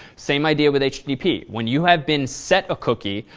same idea with http. when you have been set a cookie,